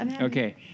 Okay